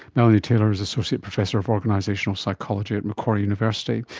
melanie taylor is associate professor of organisational psychology at macquarie university.